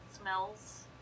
smells